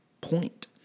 point